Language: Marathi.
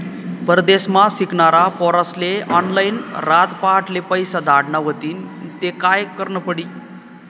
परदेसमा शिकनारा पोर्यास्ले ऑनलाईन रातपहाटले पैसा धाडना व्हतीन ते काय करनं पडी